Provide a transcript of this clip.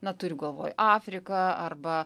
na turiu galvoj afriką arba